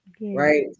right